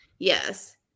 Yes